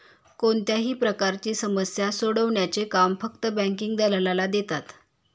कोणत्याही प्रकारची समस्या सोडवण्याचे काम फक्त बँकिंग दलालाला देतात